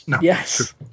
Yes